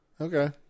Okay